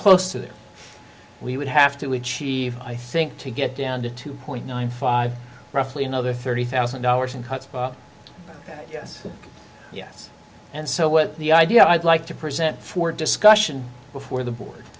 close to that we would have to achieve i think to get down to two point nine five roughly another thirty thousand dollars in cuts yes yes and so what the idea i'd like to present for discussion before the board